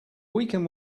weaken